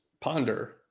ponder